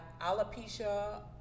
alopecia